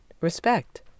respect